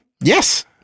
Yes